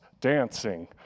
dancing